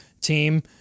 team